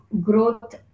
growth